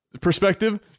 perspective